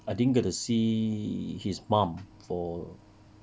I didn't get to see his mum for